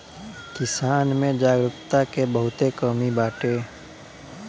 किसान में जागरूकता के बहुते कमी बाटे